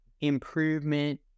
improvement